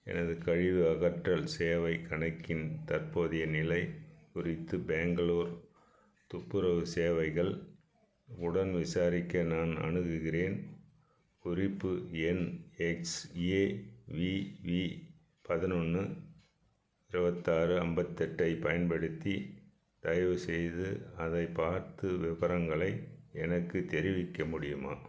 எனது கழிவு அகற்றல் சேவை கணக்கின் தற்போதைய நிலைக் குறித்து பெங்களூர் துப்புரவு சேவைகள் உடன் விசாரிக்க நான் அணுகுகிறேன் குறிப்பு எண் எக்ஸ்ஏவிவி பதினொன்று இருவத்தாறு ஐம்பத்தெட்டைப் பயன்படுத்தி தயவுசெய்து அதைப் பார்த்து விவரங்களை எனக்கு தெரிவிக்க முடியுமா